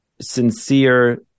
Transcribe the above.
sincere